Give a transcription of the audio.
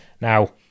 now